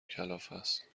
کلافست